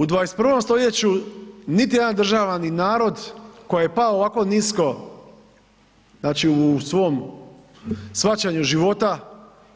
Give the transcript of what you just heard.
U 21. stoljeću niti jedna država ni narod koji je pao ovako nisko znači u svom shvaćanju života